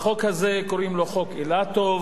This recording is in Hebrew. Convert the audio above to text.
החוק הזה קוראים לו חוק אילטוב,